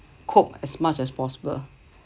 cope as much as possible